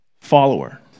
follower